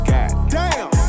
Goddamn